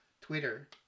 Twitter